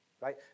right